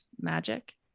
magic